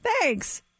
thanks